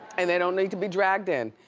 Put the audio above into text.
and they don't need to be dragged in.